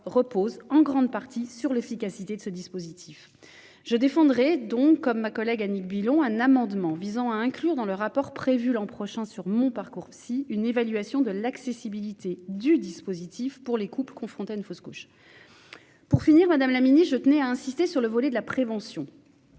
repose en grande partie sur l'efficacité de ce dispositif. Je défendrai donc, comme ma collègue Annick Billon, un amendement visant à inclure dans le rapport prévu l'an prochain sur MonParcoursPsy une évaluation de l'accessibilité du dispositif aux couples confrontés à une fausse couche. Pour finir, je tenais à insister, madame la ministre, sur le volet de la prévention.